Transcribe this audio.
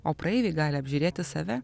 o praeiviai gali apžiūrėti save